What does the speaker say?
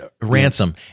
ransom